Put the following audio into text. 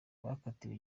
bakatiwe